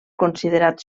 considerat